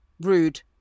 rude